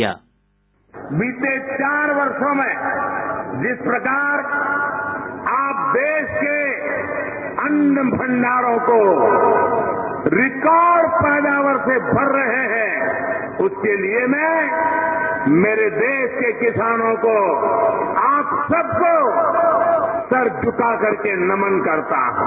sound bite बीते चार वर्षों में जिस प्रकार आप देश के अन्न भंडारों को रिकॉर्ड पैदावर सेमर रहे हैं उसके लिए मैं मेरे देश के किसानों को आप सब को सिर झुका करके नमन करताहूं